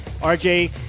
RJ